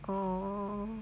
orh